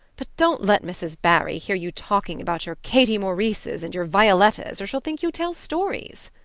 but don't let mrs. barry hear you talking about your katie maurices and your violettas or she'll think you tell stories.